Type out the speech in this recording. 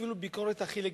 אפילו ביקורת הכי לגיטימית,